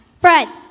Fred